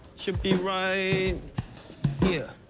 should be right here.